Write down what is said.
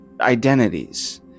identities